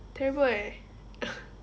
terrible eh